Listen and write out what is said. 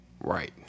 Right